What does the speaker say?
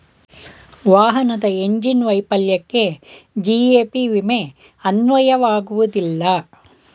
ವಾಹನದ ಇಂಜಿನ್ ವೈಫಲ್ಯಕ್ಕೆ ಜಿ.ಎ.ಪಿ ವಿಮೆ ಅನ್ವಯವಾಗುವುದಿಲ್ಲ